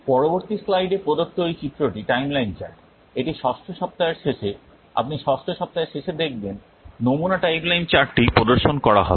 পূর্ববর্তী স্লাইডে প্রদত্ত এই চিত্রটি টাইমলাইন চার্ট এটি ষষ্ঠ সপ্তাহের শেষে আপনি ষষ্ঠ সপ্তাহের শেষে দেখবেন নমুনা টাইমলাইন চার্টটি প্রদর্শন করা হবে